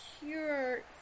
pure